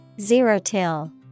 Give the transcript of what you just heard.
Zero-till